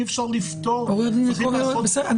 אי-אפשר לפתור --- בסדר,